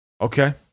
Okay